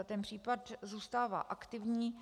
Ten případ zůstává aktivní.